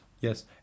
Yes